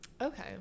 Okay